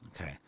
Okay